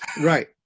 Right